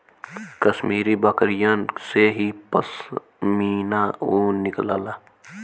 कश्मीरी बकरिन से ही पश्मीना ऊन निकलला